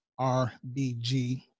RBG